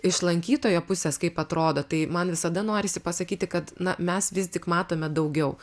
iš lankytojo pusės kaip atrodo tai man visada norisi pasakyti kad mes vis tik matome daugiau